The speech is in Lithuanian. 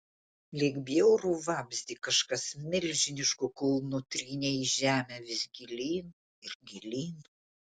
lyg bjaurų vabzdį kažkas milžinišku kulnu trynė į žemę vis gilyn ir gilyn